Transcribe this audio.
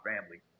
family